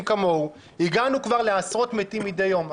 כמוהו הגענו כבר לעשרות מתים מדי יום,